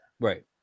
Right